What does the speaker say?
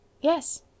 Yes